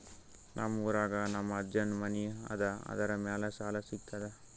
ನಮ್ ಊರಾಗ ನಮ್ ಅಜ್ಜನ್ ಮನಿ ಅದ, ಅದರ ಮ್ಯಾಲ ಸಾಲಾ ಸಿಗ್ತದ?